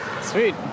Sweet